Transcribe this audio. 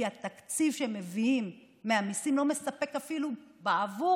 כי התקציב שהם מביאים מהמיסים לא מספק אפילו בעבור